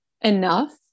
enough